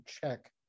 check